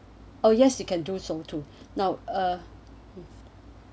oh yes you can do so to now uh